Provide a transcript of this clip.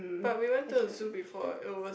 but we went to the zoo before it was